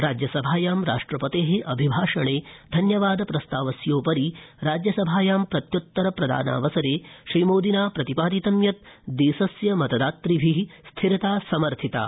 राज्यसभायां राष्ट्रपते अभिभाषणे धन्यवाद प्रस्तावस्योपरि राज्यसभायां प्रत्यत्तर प्रदानावसरे श्रीमोदिना प्रतिपादितं यत् देशस्य मतदातभि स्थिरता समर्थिता